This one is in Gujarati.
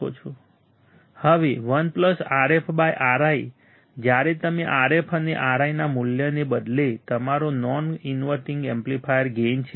હવે 1 Rf Ri જ્યારે તમે Rf અને Ri ના મૂલ્યને બદલે તમારો નોન ઇન્વર્ટિંગ એમ્પ્લિફાયર ગેઇન છે